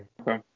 Okay